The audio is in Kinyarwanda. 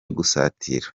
gusatira